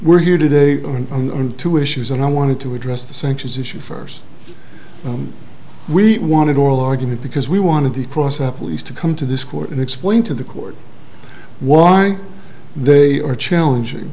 we're here today on two issues and i wanted to address the sanctions issue first we wanted oral argument because we wanted the process up a lease to come to this court and explain to the court why they are challenging